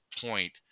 point